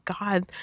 God